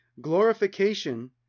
Glorification